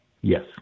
Yes